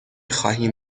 خواهیم